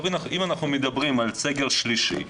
אם אנחנו מדברים על סגר שלישי,